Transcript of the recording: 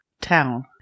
town